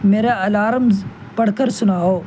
میرا الارمز پڑھ کر سناؤ